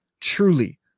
Truly